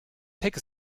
take